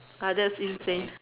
ah that's insane